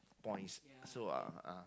points so uh ah